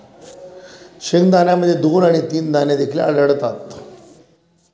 शेंगदाण्यामध्ये दोन आणि तीन दाणे देखील आढळतात